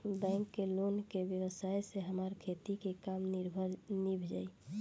bank के loan के व्यवस्था से हमार खेती के काम नीभ जाई